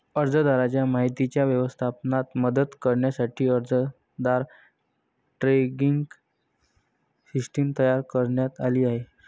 अर्जदाराच्या माहितीच्या व्यवस्थापनात मदत करण्यासाठी अर्जदार ट्रॅकिंग सिस्टीम तयार करण्यात आली आहे